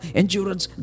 endurance